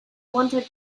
wanted